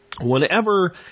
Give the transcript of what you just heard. Whenever